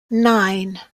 nine